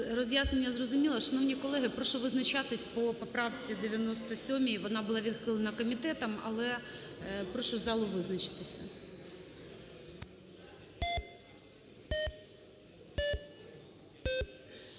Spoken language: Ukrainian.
Роз'яснення зрозуміло? Шановні колеги, прошу визначатись по поправці 97, вона була відхилена комітетом, але прошу залу визначитися.